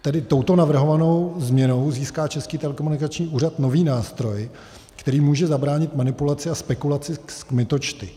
Tedy touto navrhovanou změnou získá Český telekomunikační úřad nový nástroj, který může zabránit manipulaci a spekulaci s kmitočty.